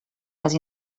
les